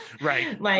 Right